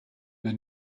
the